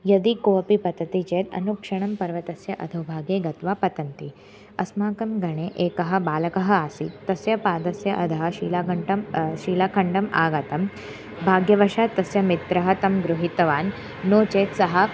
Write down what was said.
यदि कोऽपि पतति चेत् अनुक्षणं पर्वतस्य अधोभागे गत्वा पतन्ति अस्माकं गणे एकः बालकः आसीत् तस्य पादस्य अधः शिलाखण्डं शिलाखण्डम् आगतं भाग्यवशात् तस्य मित्रः तं गृहीतवान् नो चेत् सः